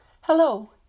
Hello